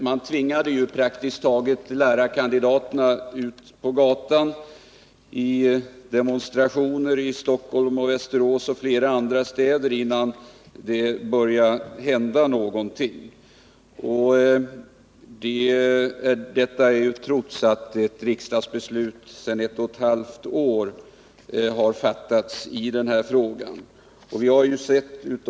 Man tvingade praktiskt taget lärarkandidaterna ut på gatan i demonstrationer här i Stockholm, i Västerås och flera andra städer, innan det började hända någonting — detta trots att ett riksdagsbeslut fattats för ett och ett halvt år sedan.